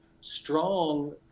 strong